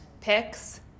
picks